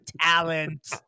talent